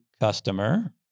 customer